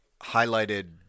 highlighted